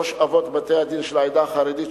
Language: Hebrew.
ראש אבות בתי-הדין של העדה החרדית,